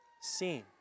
seen